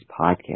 Podcast